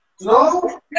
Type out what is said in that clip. No